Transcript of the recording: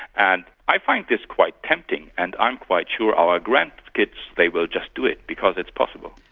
and i find this quite tempting, and i'm quite sure our grandkids, they will just do it because it's possible.